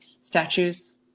statues